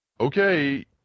Okay